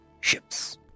ships